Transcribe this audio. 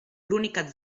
l’unica